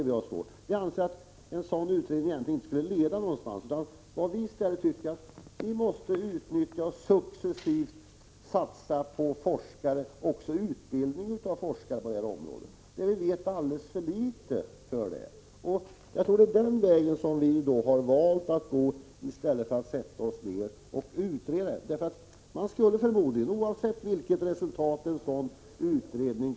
Vi anser att en sådan utredning inte skulle leda någonstans egentligen. Vi anser i stället att vi successivt bör satsa på forskare och också på utbildning av forskare. Vi vet alldeles för litet. Oavsett vilket resultat en utredning skulle komma fram till skulle förmodligen åsikt stå mot åsikt.